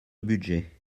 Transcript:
budget